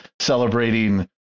celebrating